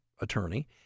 attorney